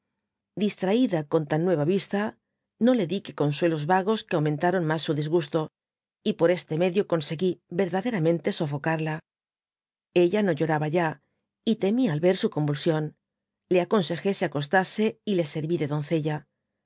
distraida con tan nueva vista no le di que consuelos vagos que aumentaron mas su disgusto y por este medio conseguí verdaderamente sofocarla ella no llui'aba ya y temí al ver su convulsión le aconsejé se acostase y le serví de doncella